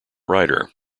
rider